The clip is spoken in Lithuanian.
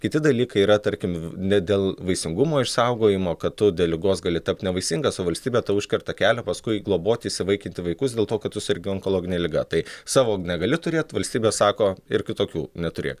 kiti dalykai yra tarkim ne dėl vaisingumo išsaugojimo kad tu dėl ligos gali tapt nevaisingas o valstybė užkerta kelią paskui globoti įsivaikinti vaikus dėl to kad tu sergi onkologine liga tai savo negali turėt valstybė sako ir kitokių neturėk